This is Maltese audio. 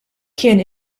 kien